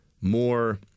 more